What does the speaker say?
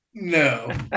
no